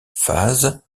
phases